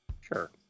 Sure